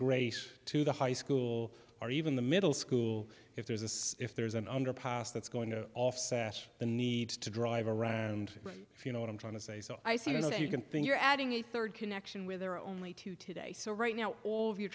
grace to the high school or even the middle school if there's this if there's an underpass that's going to offset the need to drive around if you know what i'm trying to say so i see that you can think you're adding a third connection with there are only two today so right now all of your